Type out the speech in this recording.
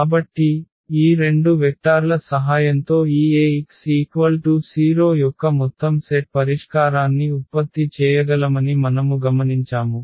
కాబట్టి ఈ రెండు వెక్టార్ల సహాయంతో ఈ Ax0 యొక్క మొత్తం సెట్ పరిష్కారాన్ని ఉత్పత్తి చేయగలమని మనము గమనించాము